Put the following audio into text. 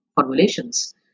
formulations